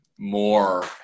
more